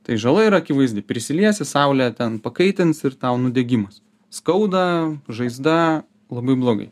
tai žala yra akivaizdi prisiliesi saulė ten pakaitins ir tau nudegimas skauda žaizda labai blogai